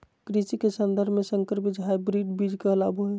कृषि के सन्दर्भ में संकर बीज हायब्रिड बीज कहलाबो हइ